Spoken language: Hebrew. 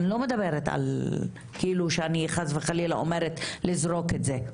אני לא מדברת כאילו אני חס וחלילה אומרת לזרוק את זה,